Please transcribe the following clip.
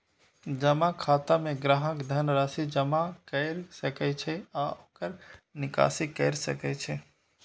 जमा खाता मे ग्राहक धन राशि जमा कैर सकै छै आ ओकर निकासी कैर सकै छै